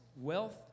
Wealth